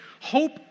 Hope